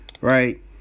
Right